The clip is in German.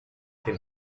dem